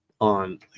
on